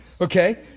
Okay